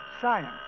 science